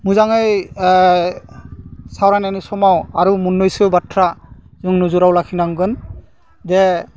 मोजाङै सावरायनायनि समाव आरो मोन्नैसो बाथ्रा जों नोजोराव लाखिनांगोन जे